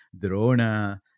Drona